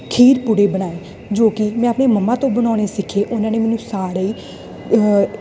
ਖੀਰ ਪੁੜੇ ਬਣਾਏ ਜੋ ਕਿ ਮੈਂ ਆਪਣੇ ਮਮਾ ਤੋਂ ਬਣਾਉਣੇ ਸਿੱਖੇ ਉਹਨਾਂ ਨੇ ਮੈਨੂੰ ਸਾੜੇ ਹੀ